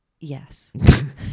Yes